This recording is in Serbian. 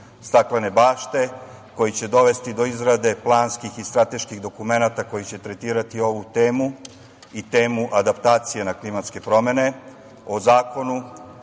"staklene bašte" koji će dovesti do izrade planskih i strateških dokumenata koji će tretirati ovu temu i temu adaptacije na klimatske promene, o zakonu